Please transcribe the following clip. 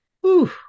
Whew